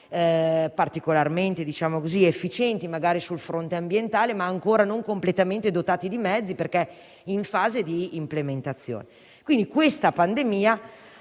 particolarmente efficienti sul fronte ambientale, ma ancora non completamente dotati di mezzi, perché in fase di implementazione. Quindi, la pandemia